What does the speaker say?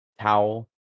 towel